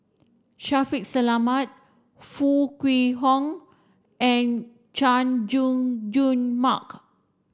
Shaffiq Selamat Foo Kwee Horng and Chay Jung Jun Mark